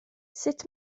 sut